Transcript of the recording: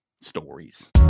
stories